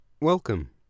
Welcome